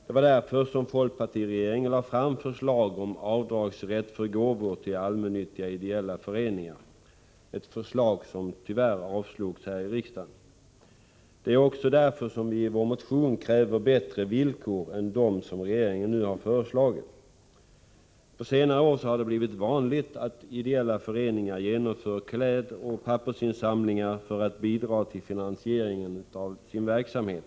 Det var av denna anledning som folkpartiregeringen lade fram ett förslag om avdragsrätt för gåvor till allmännyttiga ideella föreningar, ett förslag som tyvärr avslogs. Det är också därför som vi nu i vår motion kräver bättre villkor än dem som regeringen föreslagit. På senare år har det blivit vanligt att ideella föreningar genomför klädoch pappersinsamlingar för att på detta sätt få bidrag från allmänheten till finansieringen av sin verksamhet.